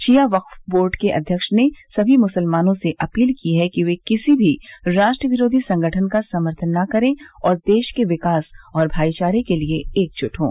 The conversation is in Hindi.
शिया वक्फ बोर्ड के अध्यक्ष ने समी मुसलमानों से अपील की है कि वे किसी भी राष्ट्र विरोधी संगठन का समर्थन न करें और देश के विकास और भाईचारे के लिये एक जुट हों